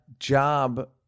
job